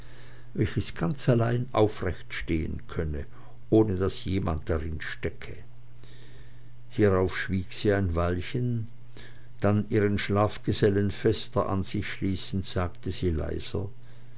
welches ganz allein aufrecht stehen könne ohne daß jemand drinstecke hierauf schwieg sie ein weilchen dann ihren schlafgesellen fester an sich schließend sagte sie leiser